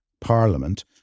parliament